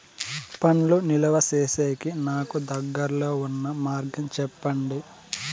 పండ్లు నిలువ సేసేకి నాకు దగ్గర్లో ఉన్న మార్గం చెప్పండి?